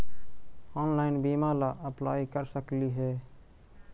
Online बीमा ला apply कर सकली हे?